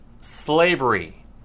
slavery